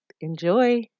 Enjoy